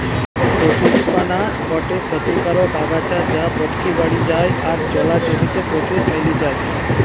কচুরীপানা গটে ক্ষতিকারক আগাছা যা পটকি বাড়ি যায় আর জলা জমি তে প্রচুর মেলি যায়